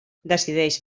decideix